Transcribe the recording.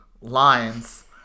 lines